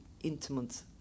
intimate